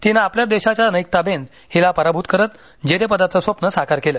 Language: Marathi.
तिनं आपल्याच देशाच्या नैकथा बेन्स हिला पराभूत करत जेतेपदाचं स्वप्न साकार केलं